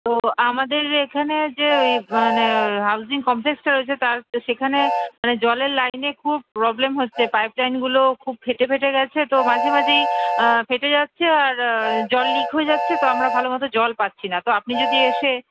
তো আমাদের এখানে যে মানে হাউজিং কমপ্লেক্সটা রয়েছে তার সেখানে মানে জলের লাইনে খুব প্রবলেম হচ্ছে পাইপলাইনগুলো খুব ফেটে ফেটে গেছে তো মাঝে মাঝেই ফেটে যাচ্ছে আর জল লিক হয়ে যাচ্ছে তো আমরা ভালো মতো জল পাচ্ছি না তো আপনি যদি এসে